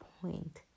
point